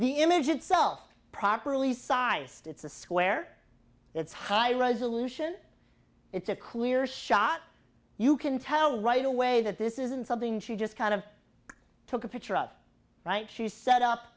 the image itself properly sized it's a square it's high resolution it's a clear shot you can tell right away that this isn't something she just kind of took a picture of right she set up